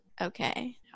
Okay